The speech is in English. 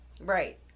Right